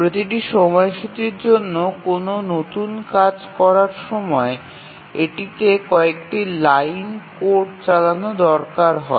প্রতিটি সময়সূচির জন্য কোনও নতুন কাজ শুরু করার সময় এটিতে কয়েকটি লাইন কোড চালানো দরকার হয়